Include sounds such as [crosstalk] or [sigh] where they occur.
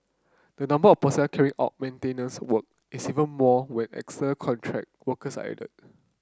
the number of personnel carrying out maintenance work is even more when [unintelligible] contract workers are added